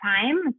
time